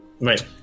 Right